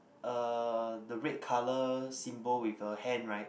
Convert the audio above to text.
uh the red colour symbol with a hand right